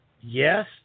Yes